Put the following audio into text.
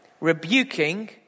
rebuking